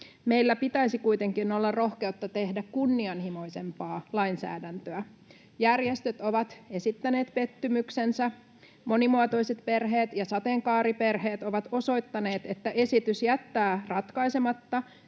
Meillä pitäisi kuitenkin olla rohkeutta tehdä kunnianhimoisempaa lainsäädäntöä. Järjestöt ovat esittäneet pettymyksensä: Monimuotoiset perheet ja Sateenkaariperheet ovat osoittaneet, että esitys jättää ratkaisematta